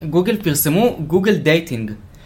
גוגל פרסמו גוגל דייטינג